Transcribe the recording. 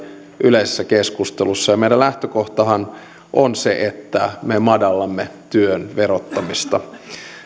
yleisessä keskustelussa ja meidän lähtökohtammehan on se että me madallamme työn verottamista